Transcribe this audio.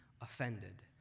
offended